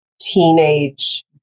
teenage